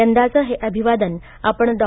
यंदाचं हे अभिवादन आपण डॉ